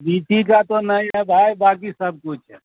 لیچی کا تو نہیں ہے بھائی باکی سب کچھ ہے